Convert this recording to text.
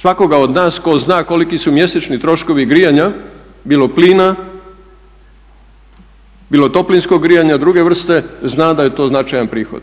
Svakoga od nas tko zna koliki su mjesečni troškovi grijanja, bilo plina, bilo toplinskog grijanja druge vrste, zna da je to značajan prihod.